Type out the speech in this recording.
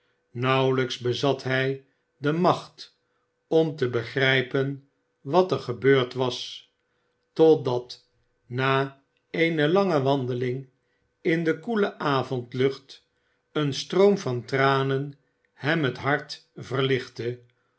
nauwelijks bezat hij de macht om te begrijpen wat er gebeurd was totdat na eene lange wandeling in de koele avondlucht een stroom van tranen hem het hart verlichtte